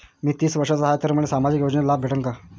मी तीस वर्षाचा हाय तर मले सामाजिक योजनेचा लाभ भेटन का?